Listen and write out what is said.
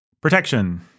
Protection